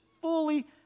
fully